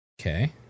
Okay